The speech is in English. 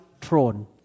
throne